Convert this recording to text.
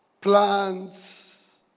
plants